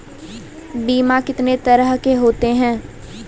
बीमा कितने तरह के होते हैं?